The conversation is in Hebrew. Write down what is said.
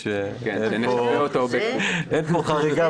צריך לבחור: או שאתה מקבל את הגמלאות או שהמשפחה